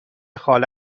خاله